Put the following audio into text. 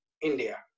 India